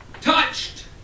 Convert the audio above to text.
touched